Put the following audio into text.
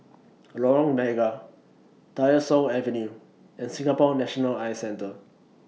Lorong Mega Tyersall Avenue and Singapore National Eye Centre